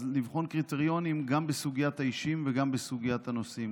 אז לבחון קריטריונים גם בסוגיית האישיים וגם בסוגיית הנושאים.